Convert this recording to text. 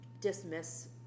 dismiss